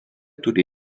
turi